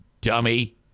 Dummy